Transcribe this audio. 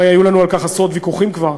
הרי היו לנו על כך עשרות ויכוחים כבר,